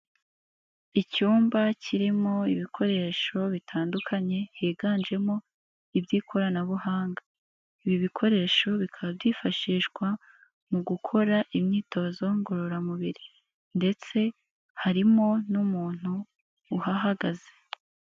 Icyumba kirimo ibikoresho bitandukanye higanjemo iby'ikoranabuhanga, ibi bikoresho bikaba byifashishwa mu gukora imyitozo ngororamubiri ndetse harimo n'umuntu uhagaze.